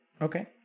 Okay